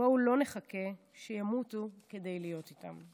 בואו לא נחכה שימותו כדי להיות איתם.